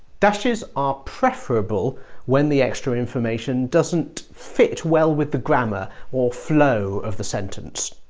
dashes are preferable when the extra information doesn't fit well with the grammar or flow of the sentence.